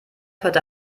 heute